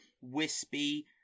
wispy